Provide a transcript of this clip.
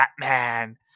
Batman